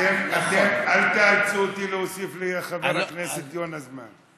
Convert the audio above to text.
אתם, אל תאלצו אותי להוסיף לחבר הכנסת יונה זמן.